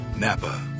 Napa